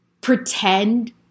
pretend